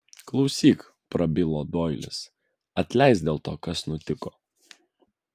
klausyk prabilo doilis atleisk dėl to kas nutiko